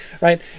right